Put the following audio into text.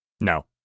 No